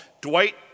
Dwight